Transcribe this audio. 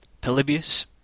Polybius